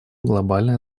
глобальной